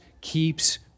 keeps